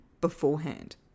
beforehand